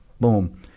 boom